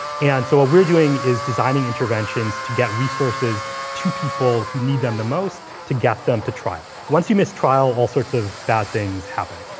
and so, what ah we're doing is designing interventions to get resources to people who need them the most to get them to trial. once you miss trial, all sorts of bad things happen.